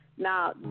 Now